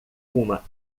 uma